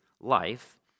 life